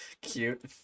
Cute